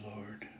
Lord